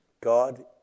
God